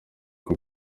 rya